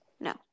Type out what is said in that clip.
No